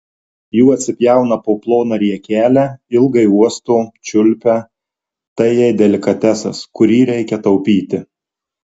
jų atsipjauna po ploną riekelę ilgai uosto čiulpia tai jai delikatesas kurį reikia taupyti